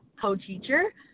co-teacher